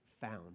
found